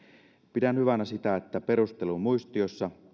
pidän hyvänä sitä että perustelumuistiossa